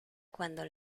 cuando